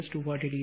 8o 240o